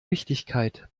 wichtigkeit